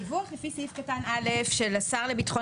הדיווח לפי סעיף קטן (א): "השר לביטחון